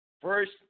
first